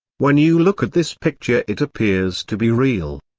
when you look this picture it appears to be real.